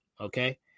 Okay